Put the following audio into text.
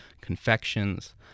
confections